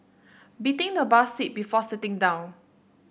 beating the bus seat before sitting down